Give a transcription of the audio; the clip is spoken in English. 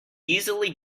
easily